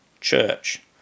church